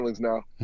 now